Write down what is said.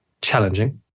challenging